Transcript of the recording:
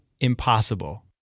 impossible